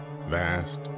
vast